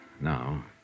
now